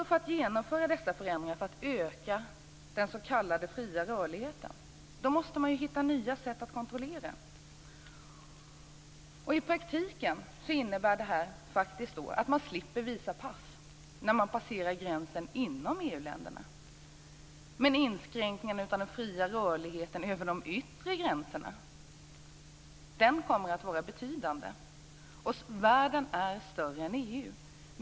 För att genomföra dessa förändringar för att öka den s.k. fria rörligheten måste man hitta nya sätt att kontrollera. I praktiken innebär detta att man slipper visa pass när man passerar gränsen inom EU länderna. Inskränkningen av den fria rörligheten över de yttre gränserna kommer att vara betydande. Världen är större än EU.